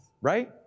right